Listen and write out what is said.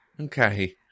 Okay